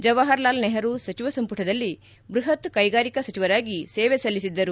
ಜವಾಪರ್ ಲಾಲ್ ನೆಹರು ಸಚಿವ ಸಂಪುಟದಲ್ಲಿ ಬೃಹತ್ ಕೈಗಾರಿಕಾ ಸಚಿವರಾಗಿ ಸೇವೆ ಸಲ್ಲಿಸಿದ್ದರು